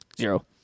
Zero